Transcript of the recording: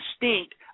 distinct